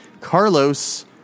Carlos